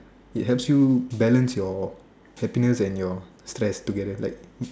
it helps you balance your happiness and your stress together like